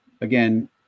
again